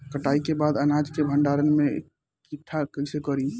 कटाई के बाद अनाज के भंडारण में इकठ्ठा कइसे करी?